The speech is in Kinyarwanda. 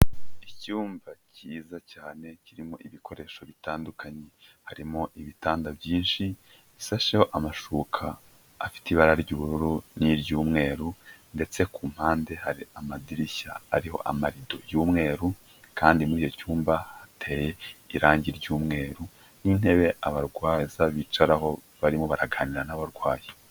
Icyumba cyiza cyane kirimo ibikoresho bitandukanye, harimo ibitanda byinshi bisasheho amashuka afite ibara ry'ubururu n'iry'umweru, ndetse ku mpande hari amadirishya ariho amarido y'umweru, kandi muri icyo cyumba hateye irangi ry'umweru, n'intebe abarwaza bicaraho barimo baraganira n'abarwayi.